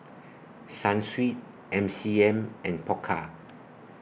Sunsweet M C M and Pokka